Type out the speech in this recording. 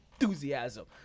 enthusiasm